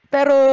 Pero